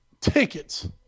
tickets